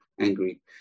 angry